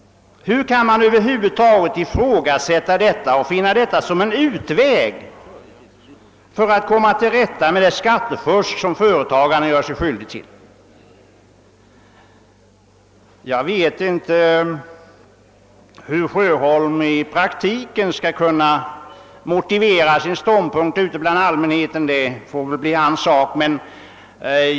Hur kan man anse att detta är en utväg att komma till rätta med det skattefusk som företagarna gör sig skyldiga till? Jag vet inte hur herr Sjöholm i praktiken skall kunna motivera sin ståndpunkt för allmänheten. Det får emellertid bli hans sak.